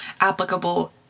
applicable